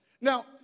Now